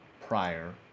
prior